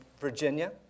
Virginia